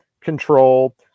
control